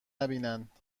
نبینند